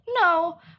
No